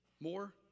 more